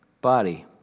body